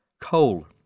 Coal